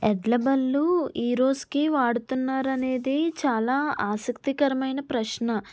ఎడ్లబళ్లు ఈరోజుకి వాడుతున్నారు అనేది చాలా ఆసక్తికరమైన ప్రశ్న